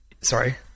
Sorry